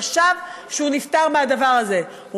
חשב שהוא נפטר מהדבר הזה,